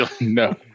No